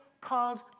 called